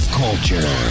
culture